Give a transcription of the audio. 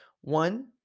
One